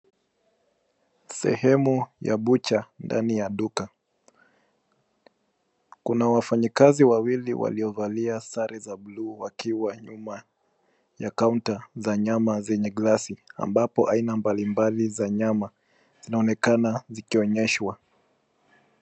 Sehemu ya bucha ndani ya duka wafanyakazi wawili waliovalia sare za mguu wakiwa nyuma ya kaunta za nyama zenye glasi ,ambapo aina mbalimbali za nyama inaonekana zikionyeshwa.